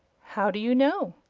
how do you know?